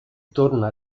torna